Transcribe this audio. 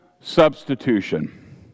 substitution